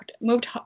moved